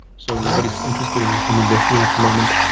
so nobody is interested in in investing at the moment.